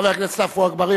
חבר הכנסת עפו אגבאריה,